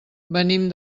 venim